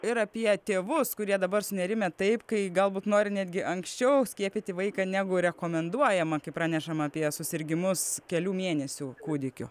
ir apie tėvus kurie dabar sunerimę taip kai galbūt nori netgi anksčiau skiepyti vaiką negu rekomenduojama kai pranešama apie susirgimus kelių mėnesių kūdikių